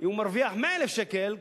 אם הוא מרוויח 100,000 שקלים,